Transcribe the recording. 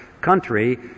country